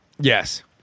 Yes